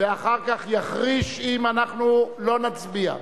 ואחר כך יחריש אם אנחנו לא נצביע.